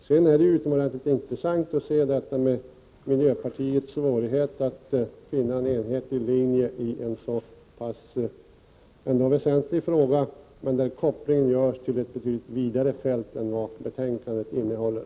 Det är utomordentligt intressant att se miljöpartiets svårigheter att finna en enhetlig linje i en så pass väsentlig fråga, där kopplingen görs till ett betydligt vidare fält än vad betänkandet gäller.